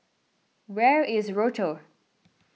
where is Rochor